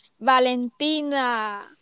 Valentina